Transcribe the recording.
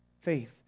Faith